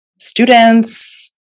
students